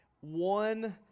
one